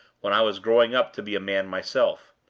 when i was growing up to be a man myself?